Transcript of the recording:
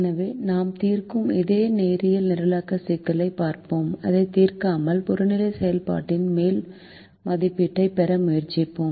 எனவே நாம் தீர்க்கும் அதே நேரியல் நிரலாக்க சிக்கலைப் பார்ப்போம் அதை தீர்க்காமல் புறநிலை செயல்பாட்டின் மேல் மதிப்பீட்டைப் பெற முயற்சிப்போம்